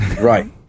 Right